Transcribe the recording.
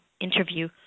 interview